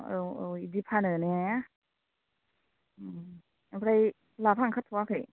औ औ बिदि फानो ने ओमफ्राय लाफा ओंखारथ'वाखै